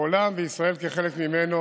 העולם, וישראל כחלק ממנו,